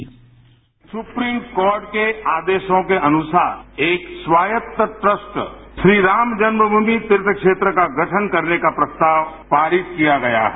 sound bite supreme court के आदेशों के अनुसार एक स्वायत्त ट्रस्ट श्री राम जन्म भूमि तीर्थ क्षेत्र का गठन करने का प्रस्ताव पारित किया गया है